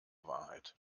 wahrheit